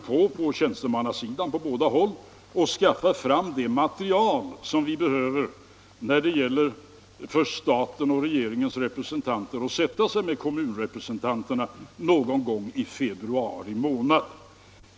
På tjänstemannasidan på båda håll håller man nu på att skaffa fram det material som behövs när statens och regeringens representanter skall sätta sig ned och diskutera med kommunrepresentanterna någon gång i februari månad.